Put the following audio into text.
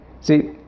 See